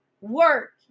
work